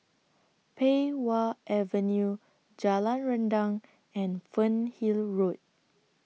Pei Wah Avenue Jalan Rendang and Fernhill Road